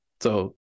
So-